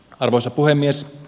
arvoisa puhemies